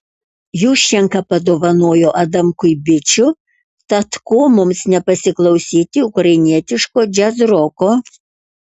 juščenka padovanojo adamkui bičių tad ko mums nepasiklausyti ukrainietiško džiazroko